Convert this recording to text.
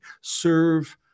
serve